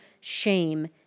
shame